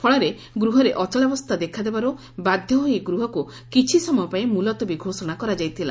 ଫଳରେ ଗୃହରେ ଅଚଳାବସ୍ତା ଦେଖାଦେବାରୁ ବାଧ୍ୟ ହୋଇ ଗୃହକୁ କିଛି ସମୟ ପାଇଁ ମୁଲତବୀ ଘୋଷଣା କରାଯାଇଥିଲା